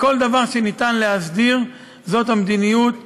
כל דבר שניתן להסדיר, זאת המדיניות.